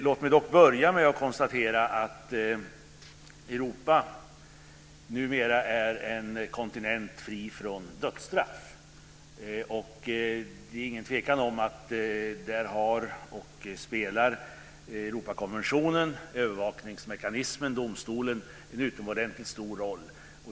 Låt mig dock börja med att konstatera att Europa numera är en kontinent fri från dödsstraff. Det är ingen tvekan om att där spelar Europakonventionen, övervakningsmekanismen och domstolen en utomordentligt stor roll.